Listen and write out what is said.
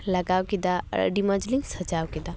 ᱞᱟᱜᱟᱣ ᱠᱮᱫᱟ ᱟᱹᱰᱤ ᱢᱚᱡᱽ ᱞᱤᱝ ᱥᱟᱡᱟᱣ ᱠᱮᱫᱟ